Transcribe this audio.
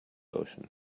ocean